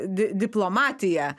di diplomatija